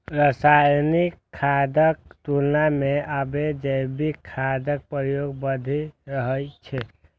रासायनिक खादक तुलना मे आब जैविक खादक प्रयोग बढ़ि रहल छै